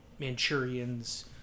Manchurians